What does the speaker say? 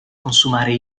consumare